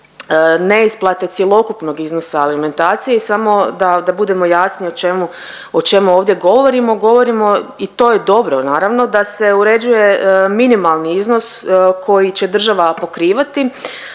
neisplate cjelokupnog iznosa alimentacije i samo da budemo jasniji o čemu ovdje govorimo, govorimo i to je dobro naravno da se uređuje minimalni iznos koji će država pokrivati